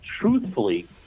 truthfully